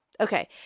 Okay